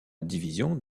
division